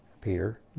Peter